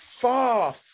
far